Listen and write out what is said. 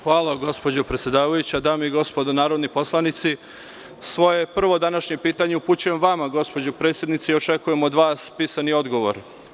Hvala gospođo predsedavajuća, dame i gospodo narodni poslanici, svoje prvo današnje pitanje upućujem vama, gospođo predsednice i očekujem od vas pisani odgovor.